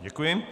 Děkuji.